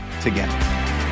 together